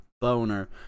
Boner